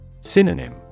Synonym